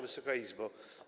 Wysoka Izbo!